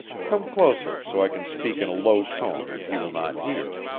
come closer, so i can speak in a low tone and he will not hear.